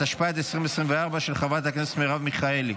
התשפ"ג 2023, של חברת הכנסת מרב מיכאלי.